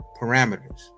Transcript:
parameters